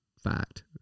fact